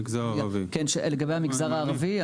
לגבי המגזר הערבי,